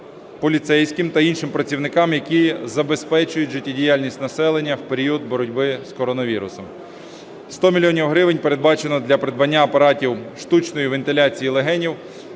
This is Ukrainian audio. поліцейським та іншим працівникам, які забезпечують життєдіяльність населення в період боротьби з коронавірусом. 100 мільйонів гривень передбачено для придбання апаратів штучної вентиляції легенів